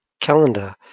calendar